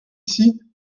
ici